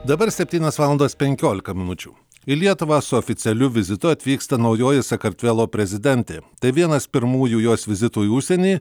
dabar septynios valandos penkiolika minučių į lietuvą su oficialiu vizitu atvyksta naujoji sakartvelo prezidentė tai vienas pirmųjų jos vizitų į užsienį